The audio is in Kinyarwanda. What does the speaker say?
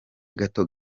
gato